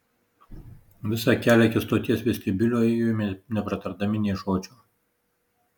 visą kelią iki stoties vestibiulio ėjome nepratardami nė žodžio